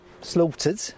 slaughtered